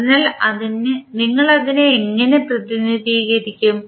അതിനാൽ നിങ്ങൾ അതിനെ എങ്ങനെ പ്രതിനിധീകരിക്കും